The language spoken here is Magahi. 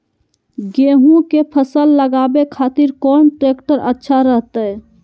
गेहूं के फसल लगावे खातिर कौन ट्रेक्टर अच्छा रहतय?